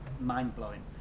mind-blowing